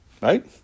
Right